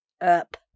up